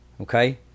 okay